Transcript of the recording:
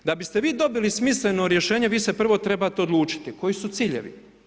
Da biste vi dobili smisleno rješenje, vi se prvo trebate odlučiti, koji su ciljevi?